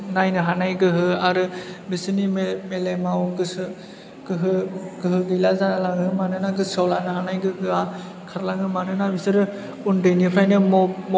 नायनो हानाय गोहो आरो बिसोरनि मेलेमाव गोसो गोहो गैला जालाङो मानोना गोसोयाव लानो हानाय गोहोया खारलाङो मानोना बिसोरो उन्दैनिफ्रायनो मबाइल नायनाय एबा मबाइल कार्टुन नायनाय मानाय बेफोरखौल' गोसो होसै मबाइल नायनानै कार्टुन नायनाय मबाइल नायाबाथाय ओंखाम जाया